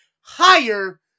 higher